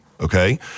Okay